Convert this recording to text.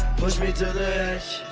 push me to the edge.